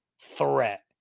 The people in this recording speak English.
threat